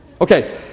Okay